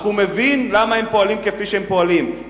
אך הוא מבין למה הם פועלים כפי שהם פועלים.